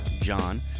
John